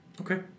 Okay